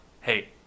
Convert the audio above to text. hey